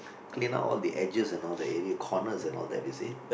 clean up all the edges and all that area corners and all that you see